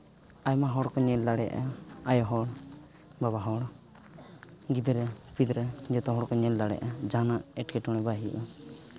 ᱟᱭᱢᱟ ᱦᱚᱲ ᱠᱚ ᱧᱮᱞ ᱫᱟᱲᱮᱭᱟᱜᱼᱟ ᱟᱭᱳ ᱦᱚᱲ ᱵᱟᱵᱟ ᱦᱚᱲ ᱜᱤᱫᱽᱨᱟᱹ ᱯᱤᱫᱽᱨᱟᱹ ᱡᱚᱛᱚ ᱠᱚ ᱧᱮᱞ ᱫᱲᱮᱭᱟᱜᱼᱟ ᱡᱟᱦᱟᱱᱟᱜ ᱮᱴᱠᱮᱴᱚᱬᱮ ᱵᱟᱭ ᱦᱩᱭᱩᱜᱼᱟ